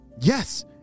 Yes